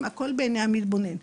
הכל בעיני המתבונן,